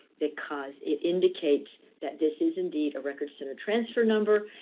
because it indicates that this is indeed a records center transfer number,